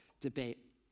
debate